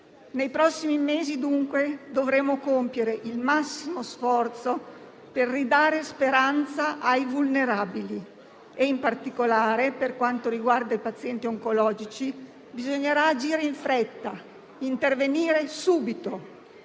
Nei prossimi mesi, dunque, dovremo compiere il massimo sforzo per ridare speranza ai vulnerabili e in particolare per quanto riguarda i pazienti oncologici bisognerà agire in fretta, intervenire subito.